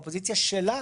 האופוזיציה שלה,